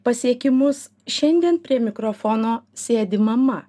pasiekimus šiandien prie mikrofono sėdi mama